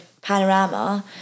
panorama